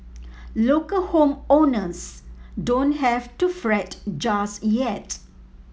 local home owners don't have to fret just yet